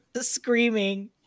screaming